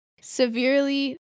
severely